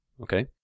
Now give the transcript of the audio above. Okay